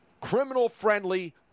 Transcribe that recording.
criminal-friendly